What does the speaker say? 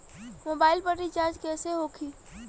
Mobile पर recharge कैसे होखी?